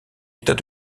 état